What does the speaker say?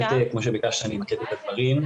כמו שביקשת שאמקד את הדברים,